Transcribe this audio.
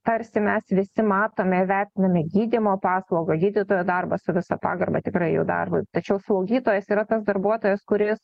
tarsi mes visi matome ir vertiname gydymo paslaugą gydytojo darbą su visa pagarba tikrai jų darbui tačiau slaugytojas yra tas darbuotojas kuris